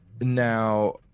Now